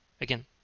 again